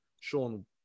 sean